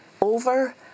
over